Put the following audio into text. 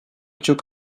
çok